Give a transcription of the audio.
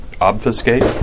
obfuscate